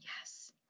Yes